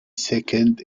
second